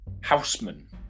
Houseman